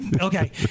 okay